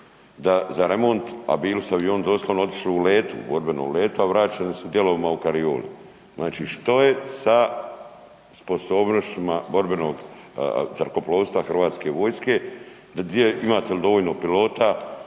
da za remont a bili su avioni doslovno otišli u borbenom letu, a vraćeni su u dijelovima u karioli? Znači što je sa sposobnostima borbenog zrakoplovstva Hrvatske vojske? Imate li dovoljno pilota?